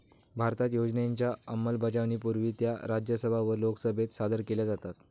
भारतात योजनांच्या अंमलबजावणीपूर्वी त्या राज्यसभा व लोकसभेत सादर केल्या जातात